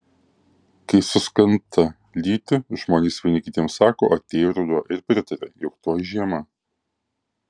kai suskanta lyti žmonės vieni kitiems sako atėjo ruduo ir pritaria jog tuoj žiema